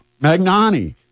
magnani